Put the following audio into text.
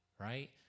right